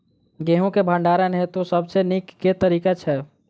गेंहूँ केँ भण्डारण हेतु सबसँ नीक केँ तरीका छै?